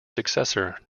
successor